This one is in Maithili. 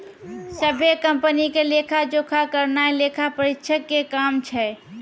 सभ्भे कंपनी के लेखा जोखा करनाय लेखा परीक्षक के काम छै